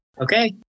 Okay